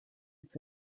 its